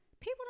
People